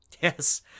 Yes